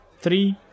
three